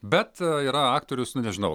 bet yra aktorius nu nežinau